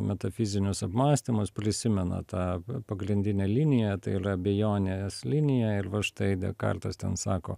metafizinius apmąstymus prisimena tą pagrindinę liniją tai ylia abejonės linija ir va štai dekaltas ten sako